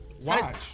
Watch